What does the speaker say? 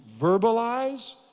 verbalize